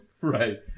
right